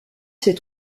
s’est